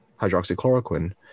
hydroxychloroquine